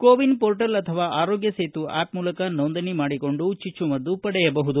ಕೋ win portal ಅಥವಾ Aarogya Setu app ಮೂಲಕ ನೋಂದಣಿ ಮಾಡಿಕೊಂಡು ಚುಚ್ಚುಮದ್ದು ಪಡೆಯಬಹುದು